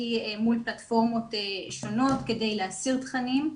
מול פלטפורמות שונות כדי להסיר תכנים.